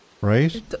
Right